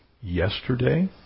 yesterday